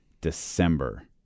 December